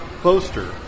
poster